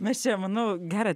mes čia manau gerą